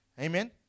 Amen